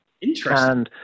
Interesting